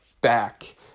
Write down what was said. back